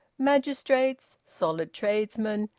magistrates, solid tradesmen,